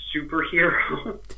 superhero